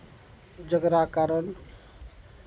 जकरा कारण